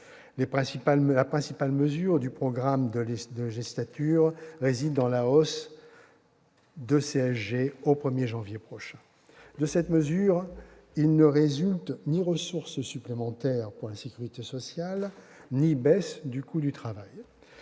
La principale mesure du programme de législature réside dans la hausse de la CSG au 1 janvier prochain. De cette mesure, il ne résulte ni ressources supplémentaires pour la sécurité sociale ni baisse du coût du travail.